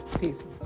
Peace